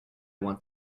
want